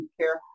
care